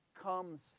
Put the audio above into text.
comes